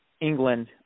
England